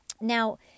Now